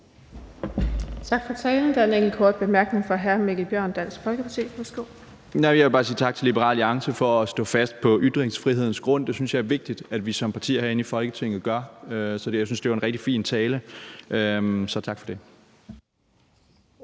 Tak for talen. Der er en enkelt kort bemærkning fra hr. Mikkel Bjørn, Dansk Folkeparti. Værsgo. Kl. 10:40 Mikkel Bjørn (DF): Jeg vil bare sige tak til Liberal Alliance for at stå fast på ytringsfrihedens grund. Det synes jeg er vigtigt at vi som partier herinde i Folketinget gør, så jeg synes, det var en rigtig fin tale. Så tak for det.